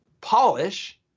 polish